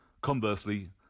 Conversely